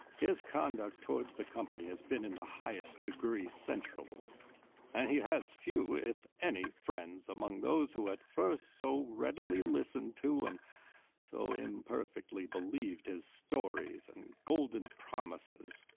his conduct towards the company has been in the highest degree censurable and he has few if any friends among those who had first so readily listened to and so imperfectly believed his stories and golden promises.